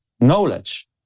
knowledge